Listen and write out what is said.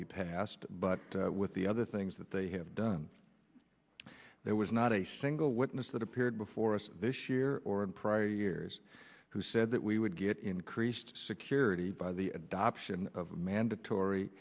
we passed but with the other things that they have done there was not a single witness that appeared before us this year or in prior years who said that we would get increased security by the adoption of mandatory